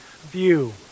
view